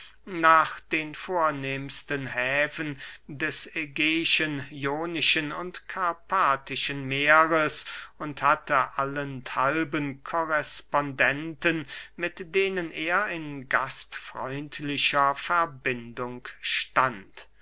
nach den vornehmsten häfen des ägeischen ionischen und karpathischen meeres und hatte allenthalben korrespondenten mit denen er in gastfreundlicher verbindung stand